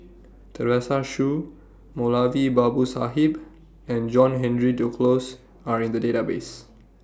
Teresa Hsu Moulavi Babu Sahib and John Henry Duclos Are in The Database